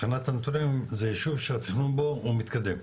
מבחינת התכנונים זה יישוב שהתכנון בו הוא מתקדם?